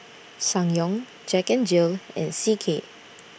Ssangyong Jack N Jill and C K